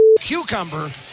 cucumber